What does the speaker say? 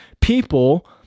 people